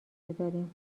بداریم